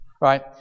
Right